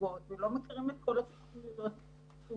נתיבות ולא מכירים את כל תוכניות הפיתוח,